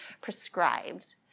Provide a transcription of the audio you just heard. prescribed